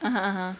(uh huh) !huh!